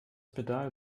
pedal